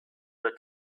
the